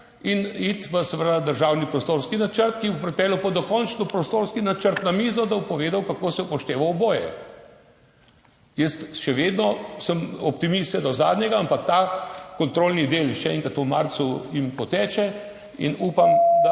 in iti v seveda državni prostorski načrt, ki bo pripeljal pa dokončno prostorski načrt na mizo, da bo povedal, kako se upošteva oboje. Jaz sem še vedno optimist vse do zadnjega, ampak ta kontrolni del, še enkrat, jim v marcu poteče in upam, da